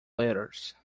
letters